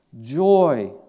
Joy